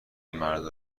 مردا